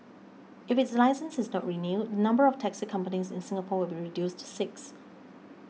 if its licence is not renewed the number of taxi companies in Singapore will be reduced to six